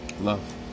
love